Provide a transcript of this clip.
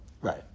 Right